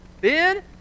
Ben